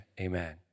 amen